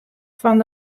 fan